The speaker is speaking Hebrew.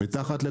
תקנים.